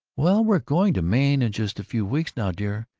well, we're going to maine in just a few weeks now, dear.